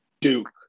Duke